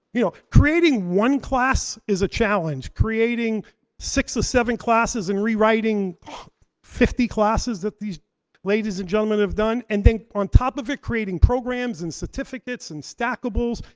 you know creating one class is a challenge. creating six or seven classes and rewriting fifty classes that these ladies and gentlemen have done. and then on top of it creating programs and certificates, and stackables,